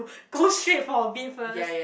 go straight for a bit first